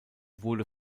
wurde